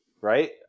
Right